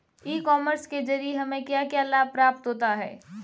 E commerce के ज़रिए हमें क्या क्या लाभ प्राप्त होता है?